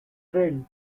trend